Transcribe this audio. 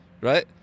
right